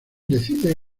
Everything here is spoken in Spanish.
decide